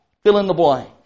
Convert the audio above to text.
fill-in-the-blank